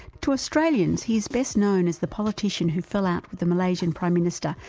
to australians, he is best known as the politician who fell out with the malaysian prime minister,